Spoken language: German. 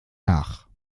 nach